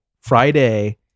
Friday